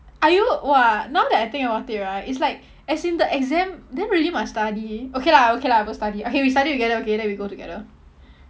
are you !wah! now that I think about it right it's like as in the exam then really must study okay lah okay lah go study okay we study together okay then we go together